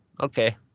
okay